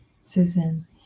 Susan